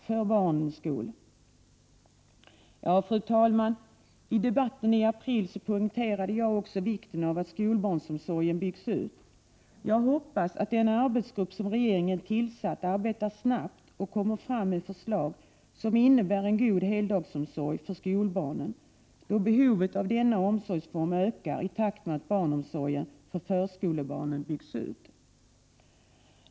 Fru talman! I debatten i april poängterade jag också vikten av att skolbarnsomsorgen byggs ut. Jag hoppas att den arbetsgrupp som regeringen har tillsatt arbetar snabbt och lägger fram förslag som innebär en god heldagsomsorg för skolbarnen, då behovet av denna omsorgsform ökar i takt med att barnomsorgen för förskolebarnen byggs ut.